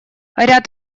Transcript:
ряд